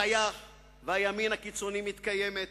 הטייח לימין הקיצוני מתקיימת.